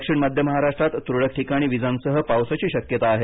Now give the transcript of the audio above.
दक्षिण मध्य महाराष्ट्रात तुरळक ठिकाणी वीजांसह पावसाची शक्यता आहे